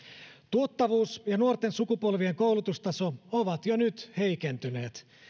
tuottavuus ja nuorten sukupolvien koulutustaso ovat jo nyt heikentyneet